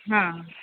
हां